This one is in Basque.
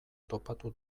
topatu